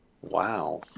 Wow